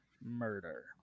murder